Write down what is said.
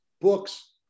books